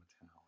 town